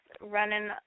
running